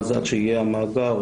עד שיהיה המאגר,